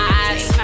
eyes